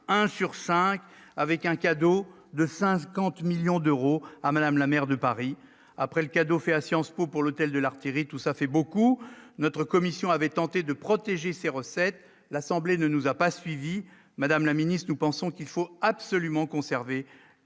un sur 5 avec un cadeau de 50 millions d'euros à Madame la maire de Paris après le cadeau fait à Sciences Po pour l'hôtel de l'artillerie, tout ça fait beaucoup, notre commission avait tenté de protéger ses recettes, l'Assemblée ne nous a pas suivis, Madame la Ministre, nous pensons qu'il faut absolument conserver